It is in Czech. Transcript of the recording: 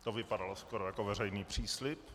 To vypadalo skoro jako veřejný příslib.